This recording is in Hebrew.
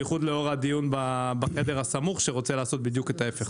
בייחוד לאור הדיון בחדר הסמוך שרוצה לעשות בדיוק את ההיפך.